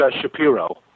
Shapiro